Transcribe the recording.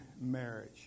marriage